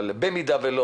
אבל אם לא